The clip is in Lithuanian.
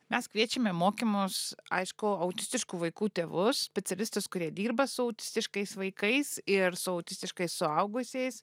mes kviečiame mokymus aišku autistiškų vaikų tėvus specialistus kurie dirba su autistiškais vaikais ir su autistiškais suaugusiais